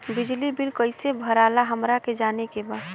बिजली बिल कईसे भराला हमरा के जाने के बा?